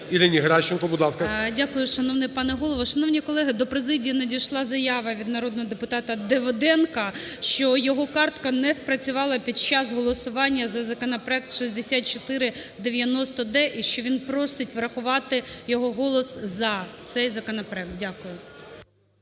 ГЕРАЩЕНКО І.В. Дякую, шановний пане Голово. Шановні колеги, до президії надійшла заява від народного депутата Давиденка, що його картка не спрацювала під час голосування за законопроект 6490-д і, що він просить врахувати його голос "за" цей законопроект. Дякую.